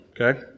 okay